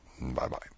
Bye-bye